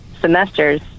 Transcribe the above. semesters